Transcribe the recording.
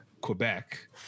Quebec